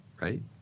right